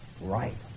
right